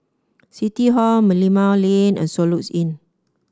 City Hall Merlimau Lane and Soluxe Inn